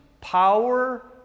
power